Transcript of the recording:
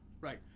right